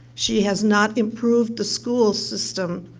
she has not improved the school system,